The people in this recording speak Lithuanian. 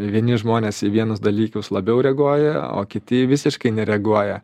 vieni žmonės į vienus dalykus labiau reaguoja o kiti visiškai nereaguoja